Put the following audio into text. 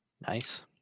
Nice